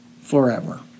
forever